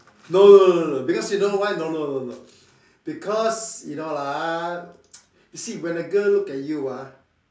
no no no no because you know why no no no no because you know ah you see when a girl look at you ah